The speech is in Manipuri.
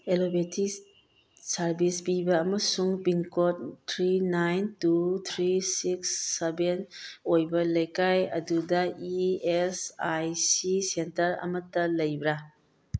ꯑꯦꯂꯣꯄꯦꯊꯤ ꯁꯥꯔꯕꯤꯁ ꯄꯤꯕ ꯑꯃꯁꯨꯡ pin code three nine two three six seven ꯑꯣꯏꯕ ꯂꯩꯀꯥꯏ ꯑꯗꯨꯗ E S I C centre ꯑꯃꯇ ꯂꯩꯕ꯭ꯔꯥ